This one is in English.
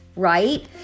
right